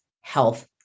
health